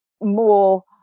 more